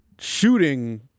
shooting